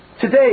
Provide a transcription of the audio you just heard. Today